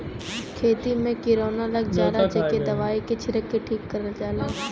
खेती में किरौना लग जाला जेके दवाई के छिरक के ठीक करल जाला